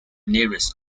nearest